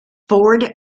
ford